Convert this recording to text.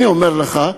אני אומר לך,